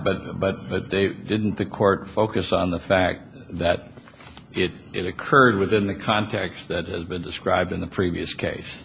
but but but they didn't the court focus on the fact that it occurred within the context that has been described in the previous case